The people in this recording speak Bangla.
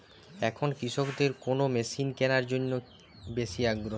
এখন কৃষকদের কোন মেশিন কেনার জন্য বেশি আগ্রহী?